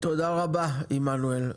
תודה רבה עמנואל.